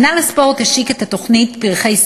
מינהל הספורט השיק את התוכנית "פרחי ספורט"